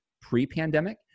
pre-pandemic